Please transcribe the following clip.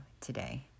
today